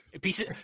pieces